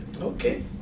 okay